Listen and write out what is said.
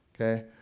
okay